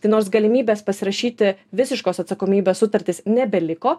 tai nors galimybės pasirašyti visiškos atsakomybės sutartis nebeliko